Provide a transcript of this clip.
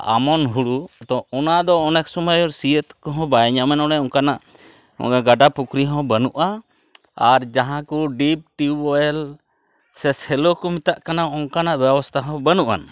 ᱟᱢᱚᱱ ᱦᱩᱲᱩ ᱛᱚ ᱚᱱᱟᱫᱚ ᱚᱱᱮᱠ ᱥᱩᱢᱟᱹᱭ ᱥᱤᱭᱟᱹᱛ ᱠᱚᱦᱚᱸ ᱵᱟᱭ ᱧᱟᱢᱟ ᱱᱚᱸᱰᱮ ᱚᱱᱠᱟᱱᱟᱜ ᱜᱟᱰᱟ ᱯᱩᱠᱷᱨᱤ ᱦᱚᱸ ᱵᱟᱹᱱᱩᱜᱼᱟ ᱟᱨ ᱡᱟᱦᱟᱸᱠᱚ ᱰᱤᱯ ᱴᱤᱣᱩᱵᱚᱭᱮᱞ ᱥᱮ ᱥᱮᱞᱚᱠᱚ ᱢᱮᱛᱟᱜ ᱠᱟᱱᱟ ᱚᱱᱠᱟᱱᱟᱜ ᱵᱮᱵᱚᱥᱛᱟ ᱦᱚᱸ ᱵᱟᱹᱱᱩᱜ ᱟᱱ